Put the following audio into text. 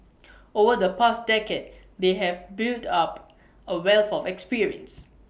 over the past decade they have built up A wealth of experience